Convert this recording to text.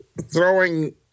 throwing